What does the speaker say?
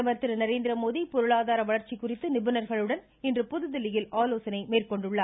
பிரதமர் திரு நரேந்திரமோடி பொருளாதார வளர்ச்சி குறித்து நிபுணர்களுடன் இன்று புதுதில்லியில் ஆலோசனை மேற்கொண்டுள்ளார்